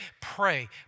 Pray